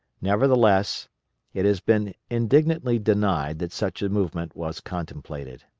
nevertheless it has been indignantly denied that such a movement was contemplated.